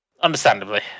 understandably